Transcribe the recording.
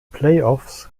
playoffs